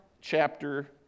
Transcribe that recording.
chapter